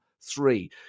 Three